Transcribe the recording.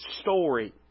story